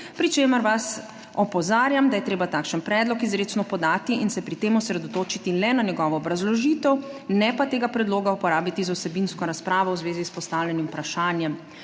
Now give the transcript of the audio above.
pri čemer vas opozarjam, da je treba takšen predlog izrecno podati in se pri tem osredotočiti le na njegovo obrazložitev, ne pa tega predloga uporabiti za vsebinsko razpravo v zvezi s postavljenim vprašanjem.